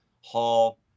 Hall